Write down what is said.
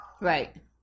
Right